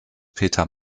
peter